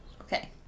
okay